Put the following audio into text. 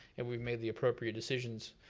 and we've made the appropriate decisions.